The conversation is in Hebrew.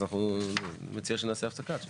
אז אני מציע שנעשה הפסקה.